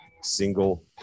single